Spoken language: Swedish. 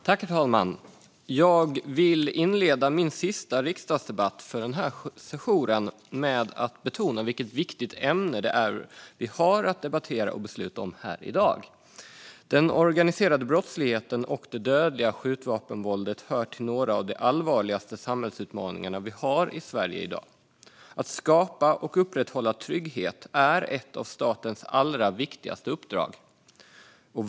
Herr talman! Jag vill inleda min sista riksdagsdebatt för denna sejour med att betona vilket viktigt ämne vi har att debattera och besluta om i dag. Den organiserade brottsligheten och det dödliga skjutvapenvåldet hör till några av de allvarligaste samhällsutmaningarna i Sverige i dag. Att skapa och upprätthålla trygghet är ett av statens allra viktigaste uppdrag.